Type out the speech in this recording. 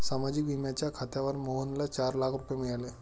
सामाजिक विम्याच्या खात्यावर मोहनला चार लाख रुपये मिळाले